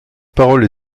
parole